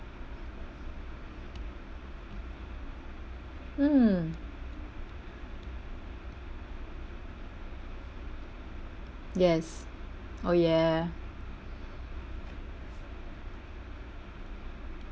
mm yes oh ya